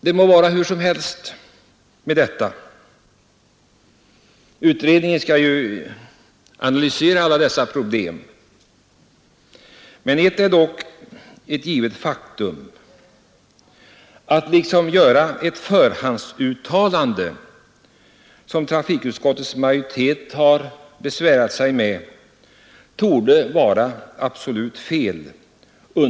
Det må vara hur som helst med detta — utredningen skall ju analysera alla dessa problem — en sak är dock ett givet faktum: att under nu pågående utredning göra ett förhandsuttalande, som trafikutskottets majoritet har besvärat sig med, måste vara absolut fel.